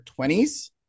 20s